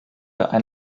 ein